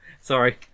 Sorry